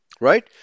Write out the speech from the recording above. right